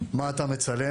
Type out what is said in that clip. מה אתה מצלם?